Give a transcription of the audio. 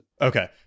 Okay